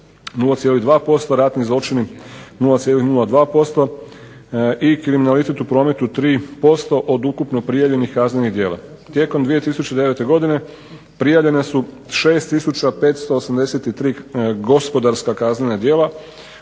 0,2%, ratni zločini 0,02% i kriminalitet u prometu 3% od ukupno prijavljenih kaznenih djela. Tijekom 2009. godine prijavljene su 6 tisuća 583 gospodarska kaznena djela